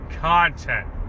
content